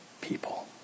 people